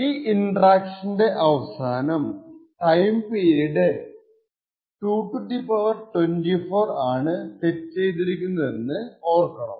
ഈ ഇറ്ററാക്ഷൻന്റെ അവസാനം ടൈം പീരീഡ് 2 24 ആണ് സെറ്റ് ചെയ്തിരുന്നതെന്ന് ഓർക്കണം